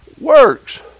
Works